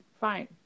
fine